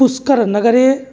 पुष्करनगरे